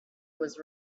was